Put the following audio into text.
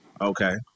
Okay